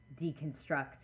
deconstruct